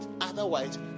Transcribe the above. Otherwise